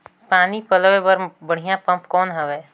पानी पलोय बर बढ़िया पम्प कौन हवय?